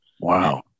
Wow